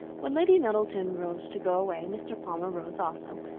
when lady middleton rose to go away, mr. palmer rose also,